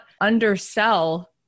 undersell